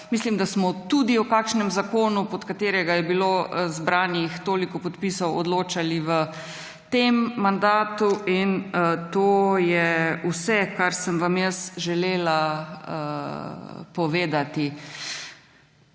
Mislim, da smo tudi o kakšnem zakonu, pod katerega je bilo zbranih toliko podpisov, odločali v tem mandatu; in to je vse, kar sem vam jaz želela povedati.